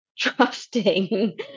trusting